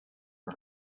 for